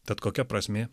tad kokia prasmė